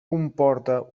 comporta